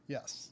Yes